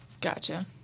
Gotcha